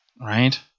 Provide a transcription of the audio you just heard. right